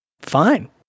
fine